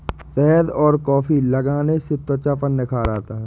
शहद और कॉफी लगाने से त्वचा पर निखार आता है